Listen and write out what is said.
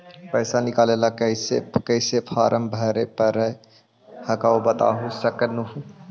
पैसा निकले ला कैसे कैसे फॉर्मा भरे परो हकाई बता सकनुह?